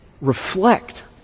reflect